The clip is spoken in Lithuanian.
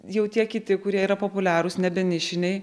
jau tie kiti kurie yra populiarūs nebe nišiniai